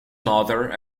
mother